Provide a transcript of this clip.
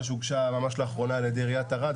שהוגשה ממש לאחרונה על ידי עיריית ערד,